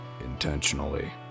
intentionally